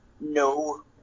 no